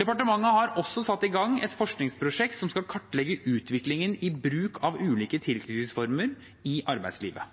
Departementet har også satt i gang et forskningsprosjekt som skal kartlegge utviklingen i bruken av ulike tilknytningsformer i arbeidslivet.